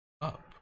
up